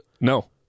no